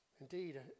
Indeed